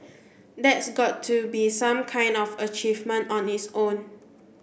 that's got to be some kind of achievement on its own